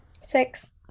six